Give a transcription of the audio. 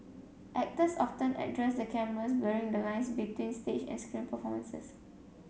actors often addressed the cameras blurring the lines between stage and screen performances